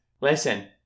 listen